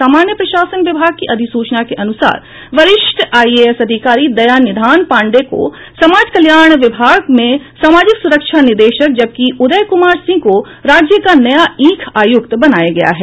सामान्य प्रशासन विभाग की अधिसूचना के अनुसार वरिष्ठ आईएएस अधिकारी दयानिधान पांडेय को समाज कल्याण विभाग में सामाजिक सुरक्षा निदेशक जबकि उदय कुमार सिंह को राज्य का नया ईंख आयुक्त बनाया गया है